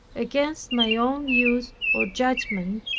against my own views or judgment,